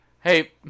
Hey